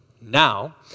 Now